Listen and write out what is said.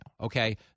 okay